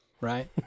right